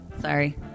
Sorry